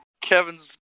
kevin's